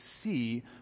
see